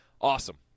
Awesome